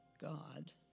God